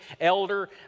elder